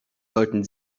sollten